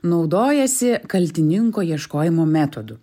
naudojasi kaltininko ieškojimo metodu